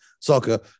soccer